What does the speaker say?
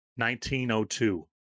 1902